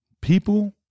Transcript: People